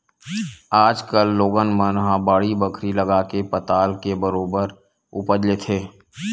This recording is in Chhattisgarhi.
आज कल लोगन मन ह बाड़ी बखरी लगाके पताल के बरोबर उपज लेथे